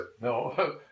No